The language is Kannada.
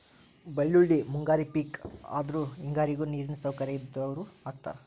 ಬಳ್ಳೋಳ್ಳಿ ಮುಂಗಾರಿ ಪಿಕ್ ಆದ್ರು ಹೆಂಗಾರಿಗು ನೇರಿನ ಸೌಕರ್ಯ ಇದ್ದಾವ್ರು ಹಾಕತಾರ